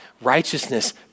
righteousness